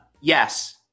yes